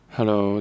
Hello